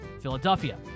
Philadelphia